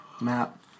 map